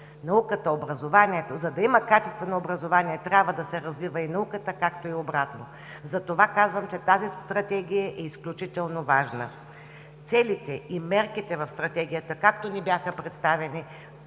Науката и образованието – за да има качествено образование, трябва да се развива и науката, както и обратно. Затова казвам, че тази Стратегия е изключително важна. Целите и мерките в Стратегията, както ни бяха представени